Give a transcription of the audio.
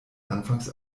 anfangs